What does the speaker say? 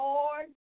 Lord